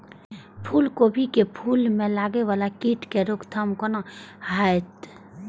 फुल गोभी के फुल में लागे वाला कीट के रोकथाम कौना हैत?